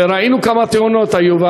ראינו כמה תאונות היו,